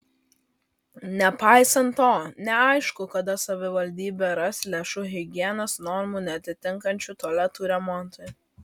nepaisant to neaišku kada savivaldybė ras lėšų higienos normų neatitinkančių tualetų remontui